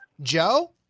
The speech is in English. Joe